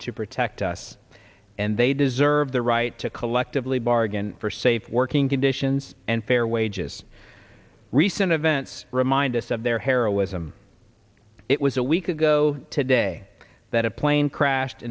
to protect us and they deserve the right to collectively bargain for safe working conditions and fair wages recent events remind us of their heroism it was a week ago today that a plane crashed